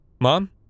Mom